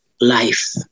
life